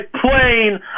plane